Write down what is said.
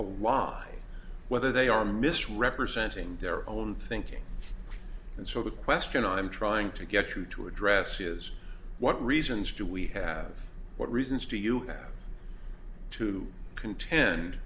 law whether they are misrepresenting their own thinking and so the question i'm trying to get you to address is what reasons do we have what reasons do you have to contend